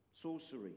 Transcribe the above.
sorcery